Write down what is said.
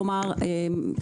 כלומר,